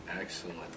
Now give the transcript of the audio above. Excellent